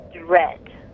Dread